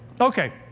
Okay